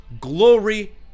glory